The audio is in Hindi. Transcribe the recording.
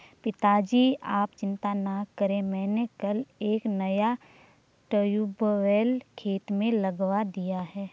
पिताजी आप चिंता ना करें मैंने कल एक नया ट्यूबवेल खेत में लगवा दिया है